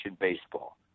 baseball